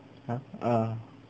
!huh! err